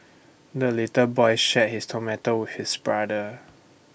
the little boy shared his tomato with his brother